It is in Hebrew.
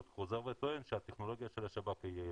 חוזר וטוען שהטכנולוגיה של השב"כ יעילה,